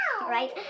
right